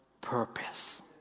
purpose